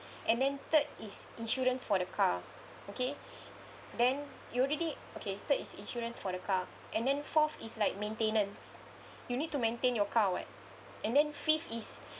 and then third is insurance for the car okay then you already okay third is insurance for the car and then fourth is like maintenance you need to maintain your car [what] and then fifth is